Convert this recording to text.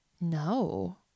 No